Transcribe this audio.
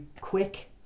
quick